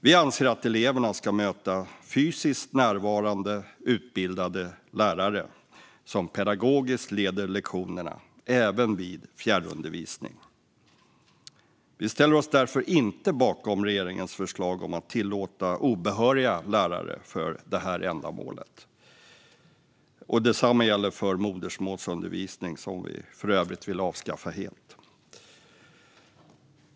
Vi anser att eleverna ska möta fysiskt närvarande utbildade lärare som pedagogiskt leder lektionerna även vid fjärrundervisning. Vi ställer oss därför inte bakom regeringens förslag om att tillåta obehöriga lärare för det ändamålet. Detsamma gäller för modersmålsundervisning, som vi för övrigt vill avskaffa helt.